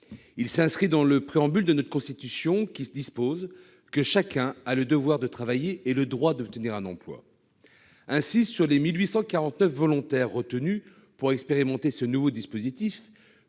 Il s'inscrit dans le préambule de notre Constitution, qui dispose que « chacun a le devoir de travailler et le droit d'obtenir un emploi ». Ainsi, sur les 1 849 volontaires retenus pour expérimenter ce nouveau dispositif,